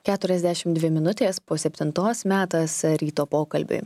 keturiasdešimt dvi minutės po septintos metas ryto pokalbiui